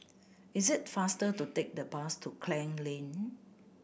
it's faster to take the bus to Klang Lane